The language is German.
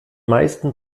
meisten